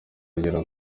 agera